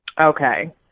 okay